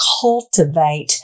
cultivate